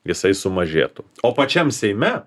jisai sumažėtų o pačiam seime